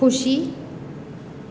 ખુશી